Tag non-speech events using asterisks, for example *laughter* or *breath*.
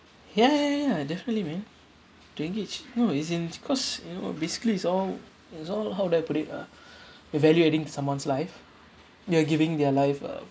ya ya ya definitely man to engage you know as in cause you know basically it's all it's all how would I put it ah *breath* you're value adding someone's life you're giving their life uh